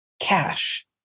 cash